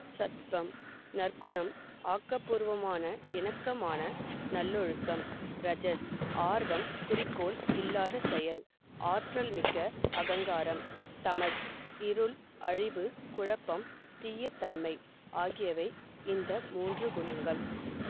சத்வம் நற்குணம் ஆக்கபூர்வமான இணக்கமான நல்லொழுக்கம் ரஜஸ் ஆர்வம் குறிக்கோள் இல்லாத செயல் ஆற்றல்மிக்க அகங்காரம் தமஸ் இருள் அழிவு குழப்பம் தீய தன்மை ஆகியவை இந்த மூன்று குணங்கள்